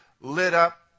lit-up